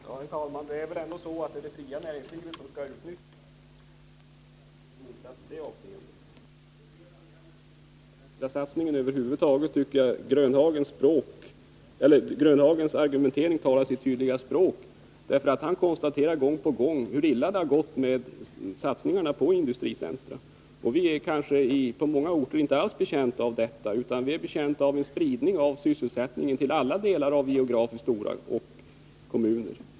Herr talman! Det är väl ändå det fria näringslivet som skall utnyttja de här lokalerna, så här finns ingen motsats i det avseendet. När det gäller satsning på industricentra över huvud taget tycker jag att Nils-Olof Grönhagens argumentering talar sitt tydliga språk. Han konstaterar gång på gång hur illa det har gått med satsningen på industricentra. På många orter är vi kanske inte alls betjänta av ett sådant, utan vi behöver en spridning av sysselsättningen till alla delar av geografiskt stora kommuner.